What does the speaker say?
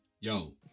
Yo